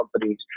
companies